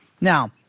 Now